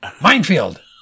Minefield